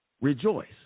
Rejoice